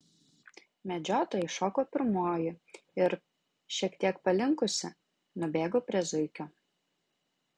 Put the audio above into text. medžiotoja iššoko pirmoji ir šiek tiek palinkusi nubėgo prie zuikio